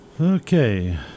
Okay